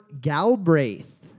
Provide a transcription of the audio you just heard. Galbraith